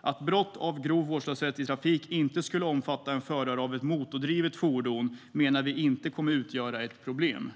Att brottet grov vårdslöshet i trafik inte alltid skulle omfatta en förare av ett motordrivet fordon menar vi inte kommer att utgöra ett problem.